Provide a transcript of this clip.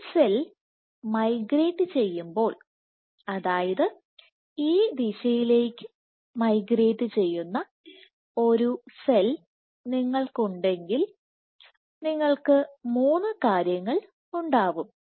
ഒരു cell migrate ചെയ്യുമ്പോൾ അതായത് ഈ ദിശയിലേക്ക് മൈഗ്രേറ്റ് ചെയ്യുന്ന ഒരു സെൽ നിങ്ങൾക്കുണ്ടെങ്കിൽ നിങ്ങൾക്ക് മൂന്ന് കാര്യങ്ങൾ ഉണ്ടാവും